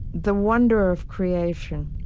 the wonder of creation.